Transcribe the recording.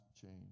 change